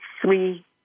three